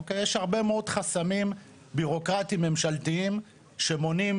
יש הרבה מאוד חסמים בירוקרטים ממשלתיים שמונעים,